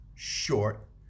Short